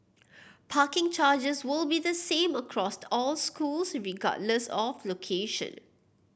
parking charges will be the same across all schools regardless of location